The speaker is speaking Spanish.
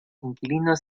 inquilinos